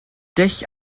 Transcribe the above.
dull